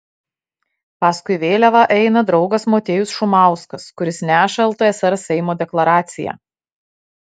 paskui vėliavą eina draugas motiejus šumauskas kuris neša ltsr seimo deklaraciją